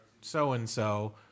So-and-so